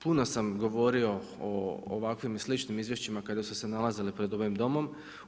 Puno sam govorio o ovakvim i sličnim izvješćima kada su se nalazili pred ovim Domom.